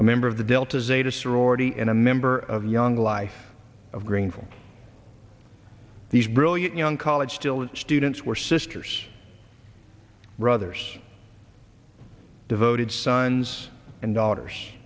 a member of the delta zeta sorority and a member of the young life of greenville these brilliant young college still students were sisters brothers devoted sons and daughters